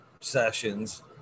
sessions